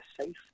safe